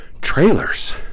trailers